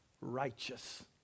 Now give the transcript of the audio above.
righteous